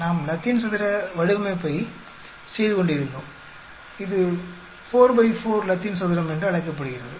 நாம் லத்தீன் சதுர வடிவமைப்பைச் செய்து கொண்டிருந்தோம் இது 4 பை 4 லத்தீன் சதுரம் என்று அழைக்கப்படுகிறது